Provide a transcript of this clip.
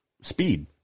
speed